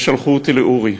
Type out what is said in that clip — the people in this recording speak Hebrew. שלחו אותי לאורי,